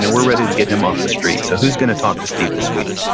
and we're ready to get him off the street. so who's gonna talk to steve this week?